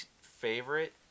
favorite